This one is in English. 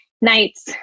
nights